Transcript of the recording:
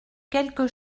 quelques